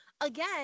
again